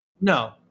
No